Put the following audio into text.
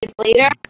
later